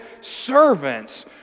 servants